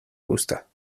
gusta